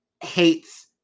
hates